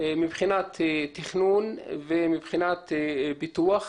מבחינת תכנון, ומבחינת פיתוח.